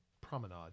promenade